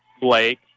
Blake